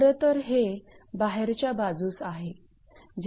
खरंतर हे बाहेरच्या बाजूस आहे